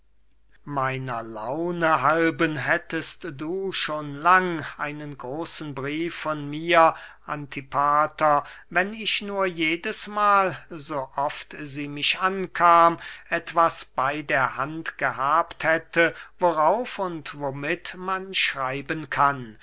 meiner laune halben hättest du schon lang einen großen brief von mir antipater wenn ich nur jedes mahl so oft sie mich ankam etwas bey der hand gehabt hätte worauf und womit man schreiben kann